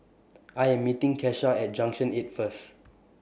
I Am meeting Kesha At Junction eight First